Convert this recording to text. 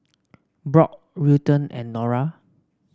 Brock Wilton and Nora